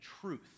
truth